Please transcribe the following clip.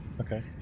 Okay